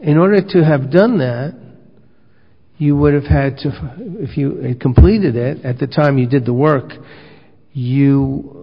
in order to have done that you would have had to if you completed it at the time you did the work you